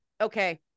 okay